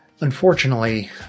Unfortunately